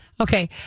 Okay